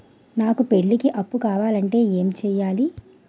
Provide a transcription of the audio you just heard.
నాకు పెళ్లికి అప్పు కావాలంటే ఏం చేయాలి?